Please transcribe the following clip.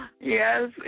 Yes